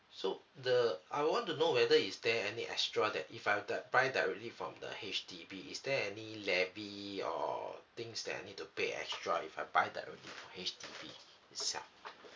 so the I want to know whether is there any extra that if I that price directly from the H_D_B is there any levy or things that I need to pay extra if I buy directly from H_D_B itself